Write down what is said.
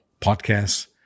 podcasts